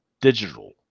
Digital